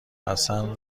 حسن